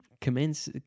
commence